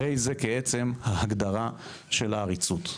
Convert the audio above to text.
הרי זה כעצם ההגדרה של העריצות.".